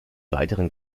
weiteren